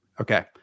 Okay